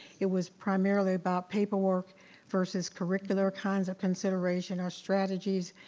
it was primarily about paperwork versus curricular kinds of consideration or strategies,